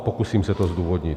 A pokusím se to zdůvodnit.